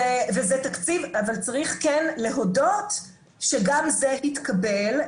אבל צריך כן להודות שגם זה התקבל,